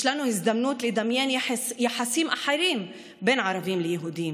יש לנו הזדמנות לדמיין יחסים אחרים בין ערבים ליהודים,